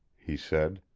he said.